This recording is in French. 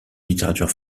littérature